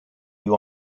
you